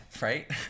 right